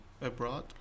abroad